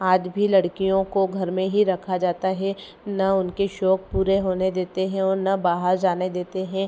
आज भी लड़कियों को घर में ही रखा जाता है न उनके शौक पूरे होने देते हैं और न बाहर जाने देते हैं